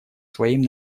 своим